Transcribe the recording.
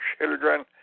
children